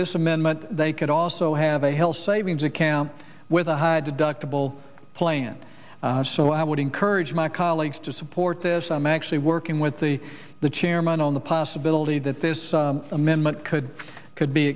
this amendment they could also have a health savings account with a high deductible plan so i would encourage my colleagues to support this i'm actually working with the the chairman on the possibility that this amendment could could be